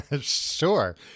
Sure